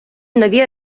нові